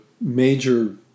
major